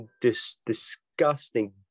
disgusting